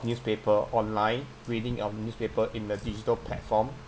newspaper online reading of newspaper in the digital platform